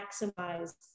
maximize